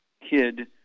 kid